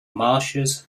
marshes